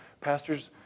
pastors